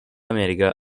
america